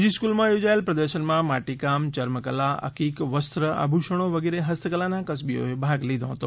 જી સ્કલુમાં યોજાયાલ પ્રદર્શનમાં માટીકામ ચર્મકલા અકીક વસ્ત્ર આભૂષણો વગેરે હસ્તકળાના કસબીઓએ ભાગ લીધો હતો